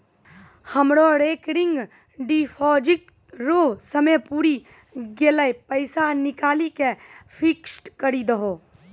हमरो recurring deposit रो समय पुरी गेलै पैसा निकालि के फिक्स्ड करी दहो